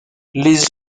les